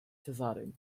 cezarym